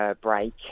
break